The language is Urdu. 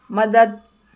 مدد